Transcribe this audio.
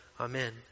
Amen